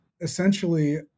essentially